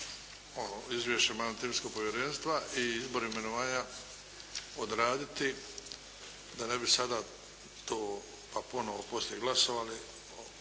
Izvješće Mandatno-imunitetnog povjerenstva i Izbore i imenovanja odraditi da ne bi sada to pa ponovo poslije glasovali